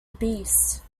beast